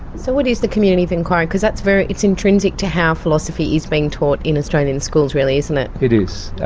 so what is the community of enquiry? because that's very, it's intrinsic to how philosophy is being taught in australian schools, really, isn't it? it is.